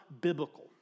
biblical